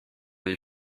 les